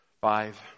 Five